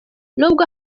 nubwo